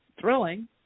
thrilling